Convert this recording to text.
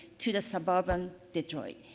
to the suburban detroit.